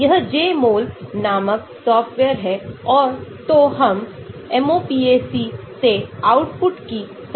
यह Jmol नामक software है और तो हम MOPAC से आउटपुट की संरचना को देख सकते हैं